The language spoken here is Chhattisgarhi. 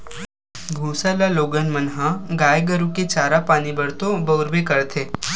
भूसा ल लोगन मन ह गाय गरु के चारा पानी बर तो बउरबे करथे